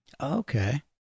Okay